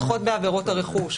פחות בעבירות הרכוש.